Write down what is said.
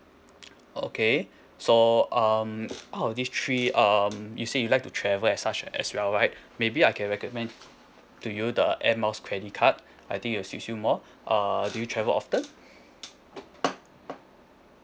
okay so um out of these three um you say you like to travel as such as well right maybe I can recommend to you the air miles credit card I think it will suits you more uh do you travel often